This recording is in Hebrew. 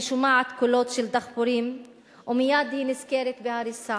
שומעת קולות של דחפורים ומייד היא נזכרת בהריסה,